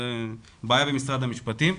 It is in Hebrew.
זו בעיה במשרד המשפטים.